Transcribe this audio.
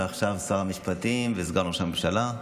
ועכשיו שר המשפטים וסגן ראש הממשלה.